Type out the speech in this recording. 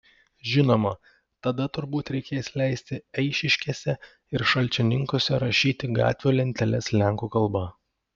žinoma tada turbūt reikės leisti eišiškėse ir šalčininkuose rašyti gatvių lenteles lenkų kalba